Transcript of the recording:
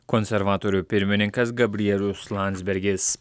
konservatorių pirmininkas gabrielius landsbergis